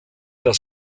das